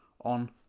on